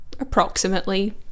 approximately